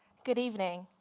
good evening.